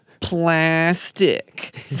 Plastic